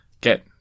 get